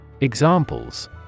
Examples